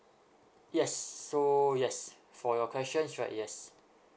yes so yes for your questions right yes